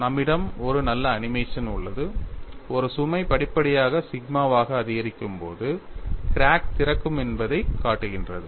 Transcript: நம்மிடம் ஒரு நல்ல அனிமேஷன் உள்ளது இது சுமை படிப்படியாக சிக்மாவாக அதிகரிக்கும் போது கிராக் திறக்கும் என்பதை காட்டுகின்றது